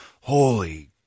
holy